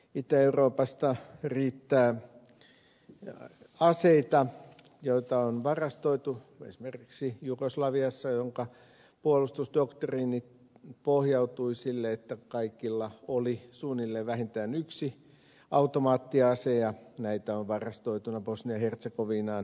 itä euroopassa riittää aseita joita on varastoitu esimerkiksi jugoslaviassa jonka puolustusdoktriini pohjautui sille että kaikilla oli suunnilleen vähintään yksi automaattiase ja näitä on varastoituina bosnia ja hertsegovinaan paljon ja niin edelleen